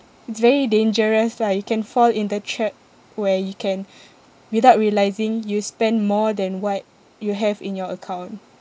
it's very dangerous lah you can fall in the trap where you can without realising you spend more than what you have in your account